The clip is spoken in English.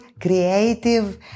creative